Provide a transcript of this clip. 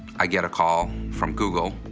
i get a call from google,